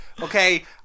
Okay